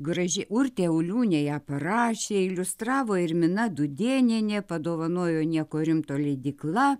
graži urtė uliūnė ją parašė iliustravo irmina dūdėnienė padovanojo nieko rimto leidykla